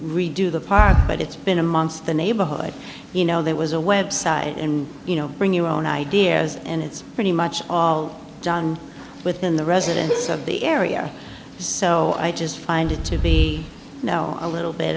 redo the park but it's been a month the neighborhood you know there was a website and you know bring your own ideas and it's pretty much all done within the residents of the area so i just find it to be a little bit